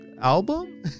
album